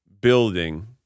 building